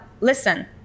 listen